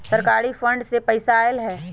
सरकारी फंड से पईसा आयल ह?